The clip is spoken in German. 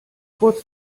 kurz